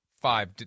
five